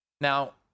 Now